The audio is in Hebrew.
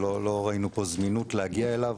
שלא ראינו פה זמינות להגיע אליו,